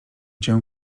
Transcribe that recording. cię